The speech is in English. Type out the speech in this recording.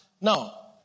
Now